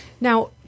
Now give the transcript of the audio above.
Now